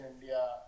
India